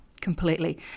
completely